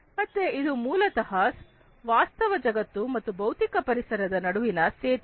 ಮತ್ತೆ ಇದು ಮೂಲತಃ ವಾಸ್ತವ ಜಗತ್ತು ಮತ್ತು ಭೌತಿಕ ಪರಿಸರದ ನಡುವಿನ ಸೇತುವೆ